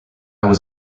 was